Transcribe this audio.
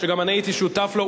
שגם אני הייתי שותף לו,